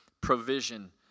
provision